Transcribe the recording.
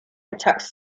attacked